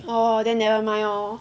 orh then never mind lor